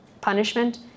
punishment